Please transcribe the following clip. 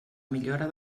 millora